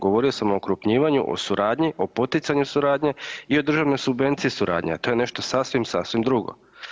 Govorio sam o okrupnjivanju, o suradnji, o poticanju suradnje i o državnoj subvenciji suradnje, a to je nešto sasvim, sasvim drugo.